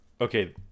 Okay